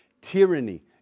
Tyranny